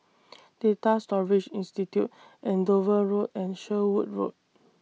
Data Storage Institute Andover Road and Sherwood Road